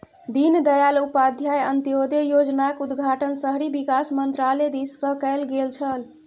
दीनदयाल उपाध्याय अंत्योदय योजनाक उद्घाटन शहरी विकास मन्त्रालय दिससँ कैल गेल छल